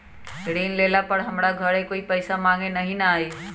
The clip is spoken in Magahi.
ऋण लेला पर हमरा घरे कोई पैसा मांगे नहीं न आई?